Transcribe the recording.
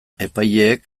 epaileek